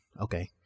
okay